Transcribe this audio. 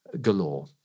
galore